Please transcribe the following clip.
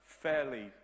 fairly